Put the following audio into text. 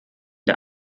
der